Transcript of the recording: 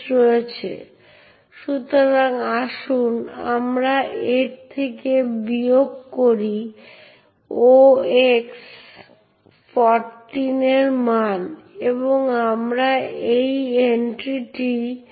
তাই উদাহরণ স্বরূপ আরও জটিল এক্সেস কন্ট্রোল মেকানিজম যেমন X ব্যবহারকারীরা ফাইলগুলিতে লিখতে Y প্রোগ্রাম চালাতে পারে Z এই ইউনিক্স অ্যাক্সেস কন্ট্রোল মেকানিজমগুলিতে খুব সহজে নির্দিষ্ট করা হয়নি